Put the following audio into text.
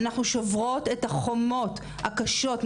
שוברות את החומות הקשות,